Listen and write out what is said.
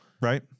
Right